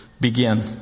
begin